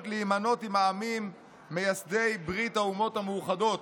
להימנות עם העמים מייסדי ברית האומות המאוחדות.